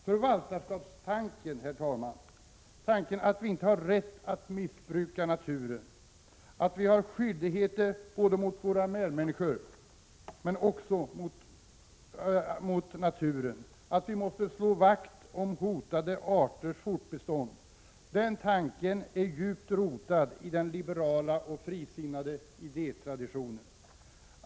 Förvaltarskapstanken — tanken att vi inte har rätt att missbruka naturen, att vi har skyldigheter inte bara mot våra medmänniskor utan också mot naturen, att vi måste slå vakt om hotade arters fortbestånd — är djupt rotad i den liberala och frisinnade idétraditionen.